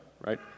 right